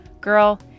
Girl